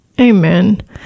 Amen